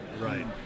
Right